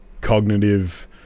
cognitive